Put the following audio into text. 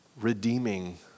redeeming